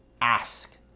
ask